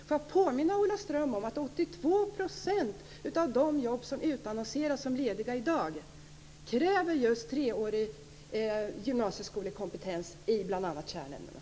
Låt mig påminna Ola Ström om att 82 % av de jobb som utannonseras som lediga i dag kräver just treårig gymnasieskolekompetens i bl.a. kärnämnena.